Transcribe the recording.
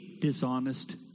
dishonest